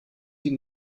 die